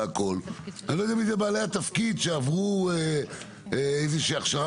אני לא יודע מי אלה בעלי התפקיד שעברו איזושהי הכשרה